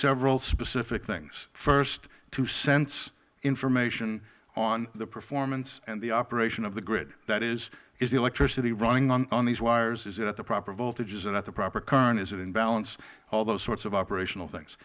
several specific things first to sense information on the performance and the operation of the grid that is is the electricity running on these wires is it at the proper voltage is it at the proper current is it in balance all those sorts of operational things